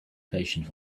patient